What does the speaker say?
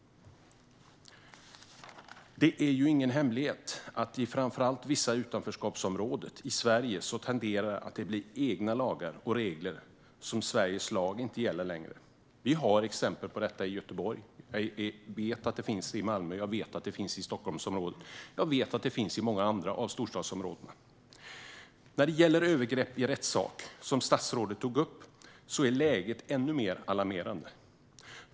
Det är ingen hemlighet att framför allt vissa utanförskapsområden i Sverige tenderar att ha egna lagar och regler och att svensk lag inte längre gäller. Det finns exempel på detta i Göteborg. Jag vet att de finns i Malmö, i Stockholmsområdet och i många andra storstadsområden. När det gäller övergrepp i rättssak, som statsrådet tog upp, är läget ännu mer alarmerande.